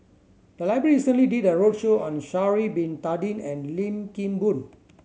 the library recently did a roadshow on Sha'ari Bin Tadin and Lim Kim Boon